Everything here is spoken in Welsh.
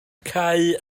cau